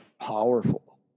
powerful